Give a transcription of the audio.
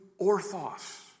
orthos